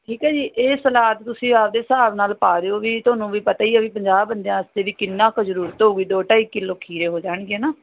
ਠੀਕ ਹੈ ਜੀ ਇਹ ਸਲਾਦ ਤੁਸੀਂ ਆਪਣੇ ਹਿਸਾਬ ਨਾਲ ਪਾ ਦਿਓ ਵੀ ਤੁਹਾਨੂੰ ਵੀ ਪਤਾ ਹੀ ਹੈ ਵੀ ਪੰਜਾਹ ਬੰਦਿਆਂ ਵਾਸਤੇ ਵੀ ਕਿੰਨਾ ਕੁ ਜ਼ਰੂਰਤ ਹੋਊਗੀ ਦੋ ਢਾਈ ਕਿਲੋ ਖੀਰੇ ਹੋ ਜਾਣਗੇ ਨਾ